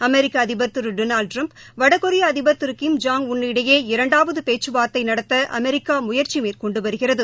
அமெிக்க அதிபர் திரு டொனால்டு ட்டிரம்ப் வடகொரியா அதிபர் திரு கிம் ஜான் உள் இடையே இரண்டாவது பேச்சுவார்த்தை நடத்த அமெரிக்கா முயற்சி மேற்கொண்டு வருகிறது